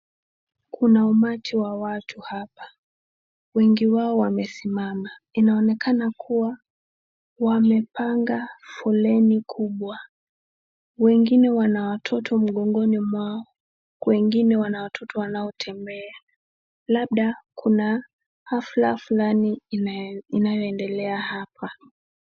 Kuna umati wa watu hapa, Wengi wao wamesimama inaonekana kuwa wamepanga foleni kubwa wengine wana watoto mgongoni mwao, Wengine wana watoto wanao tembea labda kuna hafla fulani inayo endelea hapa.